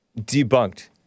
Debunked